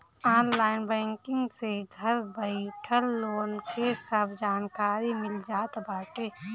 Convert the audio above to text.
online banking से घर बइठल लोन के सब जानकारी मिल जात बाटे